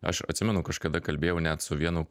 aš atsimenu kažkada kalbėjau net su vienu